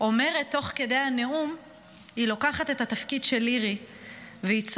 אומרת תוך כדי הנאום ולוקחת את התפקיד של לירי וצועקת: